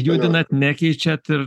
judinat nekeičiat ir